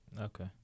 Okay